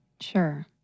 Sure